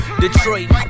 Detroit